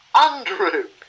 Andrew